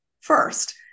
first